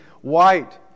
white